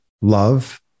love